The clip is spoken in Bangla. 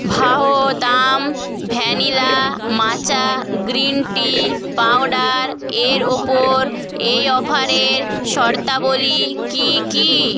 Vahdam vanilla matcha green tea powder এর ওপর এই অফারের শর্তাবলী কী কী